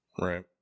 Right